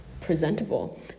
presentable